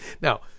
Now